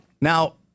Now